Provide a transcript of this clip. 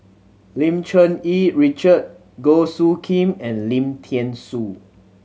Lim Cherng Yih Richard Goh Soo Khim and Lim Thean Soo